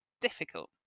difficult